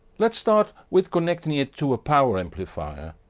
let's start with connecting it to a power amplifier.